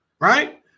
right